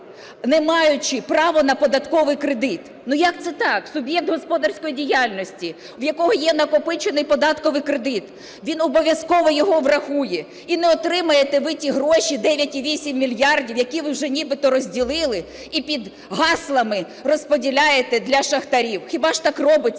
не маючи права на податковий кредит. Ну як це так? Суб'єкт господарської діяльності, у якого є накопичений податковий кредит, він обов'язково його врахує, і не отримаєте ви ті гроші - 9,8 мільярдів, які ви вже нібито розділили, і під гаслами розподіляєте для шахтарів. Хіба ж так робиться?